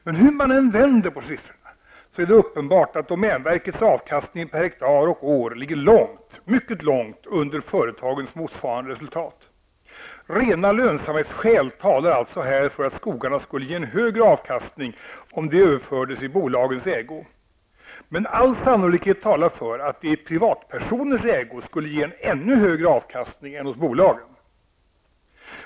Men hur man än vänder på siffrorna är det uppenbart att domänverkets avkastning per hektar och år ligger långt -- ja, mycket långt -- under företagens motsvarande resultat. Rena lönsamhetsskäl talar alltså här för att skogarna skulle ge en större avkastning om de överfördes i bolagens ägo. Men all sannolikhet talar för att de i privatpersoners ägo skulle ge ännu större avkastning än hos bolagen.